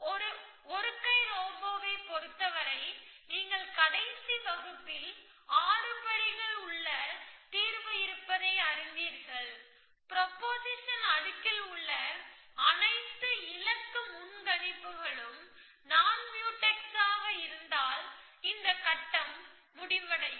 ஒரு 1 கை ரோபோவைப் பொறுத்தவரை நீங்கள் கடைசி வகுப்பில் 6 படிகள் தீர்வு இருப்பதை அறிந்தீர்கள் ப்ரொபொசிஷன் அடுக்கில் உள்ள அனைத்து இலக்கு முன் கணிப்புகளும் நான் முயூடெக்ஸ் ஆக இருந்தால் இந்த கட்டம் முடிவடையும்